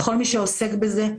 לכל מי שעוסק בזה,